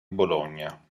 bologna